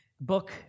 book